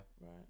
Right